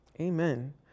Amen